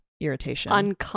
Irritation